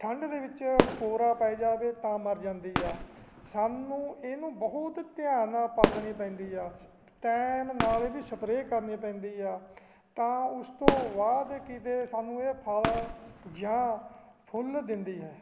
ਠੰਡ ਦੇ ਵਿੱਚ ਕੋਰਾ ਪੈ ਜਾਵੇ ਤਾਂ ਮਰ ਜਾਂਦੀ ਹੈ ਸਾਨੂੰ ਇਹਨੂੰ ਬਹੁਤ ਧਿਆਨ ਨਾਲ ਪਾਲਣੀ ਪੈਂਦੀ ਹੈ ਟਾਇਮ ਨਾਲ ਇਹਦੀ ਸਪਰੇਅ ਕਰਨੀ ਪੈਂਦੀ ਆ ਤਾਂ ਉਸ ਤੋਂ ਬਾਅਦ ਕਿਤੇ ਸਾਨੂੰ ਇਹ ਫਲ ਜਾਂ ਫੁੱਲ ਦਿੰਦੀ ਹੈ